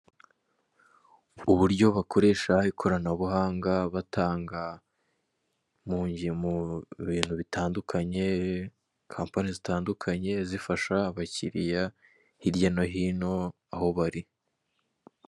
Uburyo bakoresha ikoranabuhanga batanga mu bintu bitandukanye, kampani zitandukanye zifasha abakiriya hirya no hino aho bari.